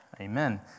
Amen